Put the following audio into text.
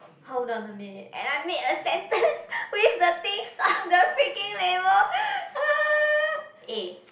hold on a minute and I make a sentence with the things on the freaking label eh